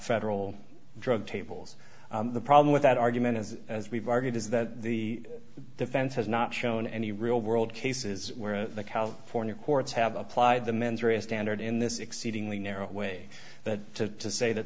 federal drug tables the problem with that argument is as we've argued is that the defense has not shown any real world cases where the california courts have applied the mens rea standard in this exceedingly narrow way that to say that